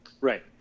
right